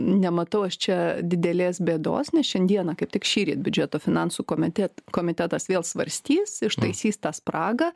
nematau aš čia didelės bėdos nes šiandieną kaip tik šįryt biudžeto finansų komitet komitetas vėl svarstys ištaisys tą spragą